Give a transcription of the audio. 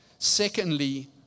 Secondly